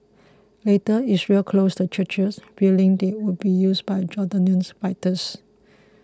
later Israel closed the churches fearing they would be used by Jordanian fighters